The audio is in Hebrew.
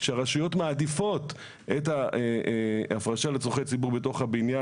שהרשויות מעדיפות את ההפרשה לצרכי ציבור בתוך הבניין,